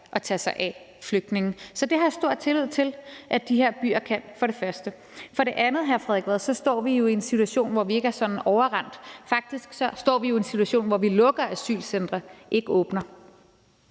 at tage sig af flygtninge. Så det har jeg for det første stor tillid til at de her byer kan. For det andet, hr. Frederik Vad, står vi jo i en situation, hvor vi ikke er sådan overrendt. Faktisk står vi jo i en situation, hvor vi lukker asylcentre, ikke åbner.